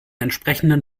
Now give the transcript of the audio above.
entsprechenden